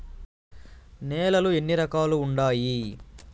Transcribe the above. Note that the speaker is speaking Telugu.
నేలలు ఎన్ని రకాలు వుండాయి?